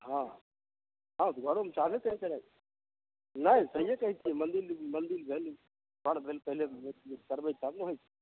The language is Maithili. हँ हँ घरोमे नहि सहिए कहै छी मन्दिर मन्दिर भेल घर भेल पहिले करबै तब ने होइ छै